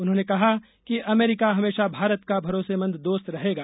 उन्होंने कहा कि अमेरिका हमेशा भारत का भरोसेमंद दोस्त रहेगा